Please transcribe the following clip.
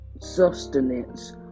sustenance